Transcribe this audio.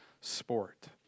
sport